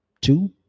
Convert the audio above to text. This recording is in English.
Two